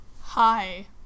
Hi